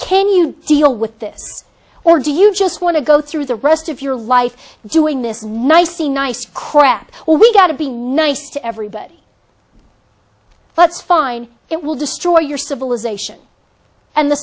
can you deal with this or do you just want to go through the rest of your life doing this nicely nice crap we got to be nice to everybody let's find it will destroy your civilization and the